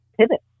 pivot